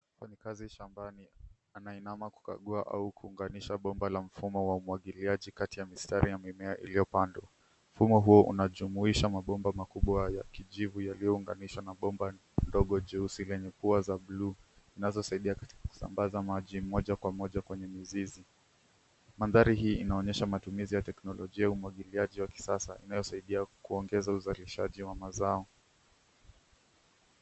Mfanyikazi shambani, anainama kukagua au kuunganisha bomba la mfumo wa umwagiliaji kati ya mistari ya mimea iliyopandwa. Mfumo huu unajumuisha mabomba makubwa ya kijivu yaliyounganisha na bomba ndogo jeusi lenye huwa za buluu zinazosaidia katika kusambaza maji moja kwa moja kwenye mizizi. Mandhari hii inaonyesha matumizi ya teknolojia umwagiliaji wa kisasa inayosaidia kuongeza uzalishaji wa mazao.